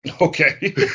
Okay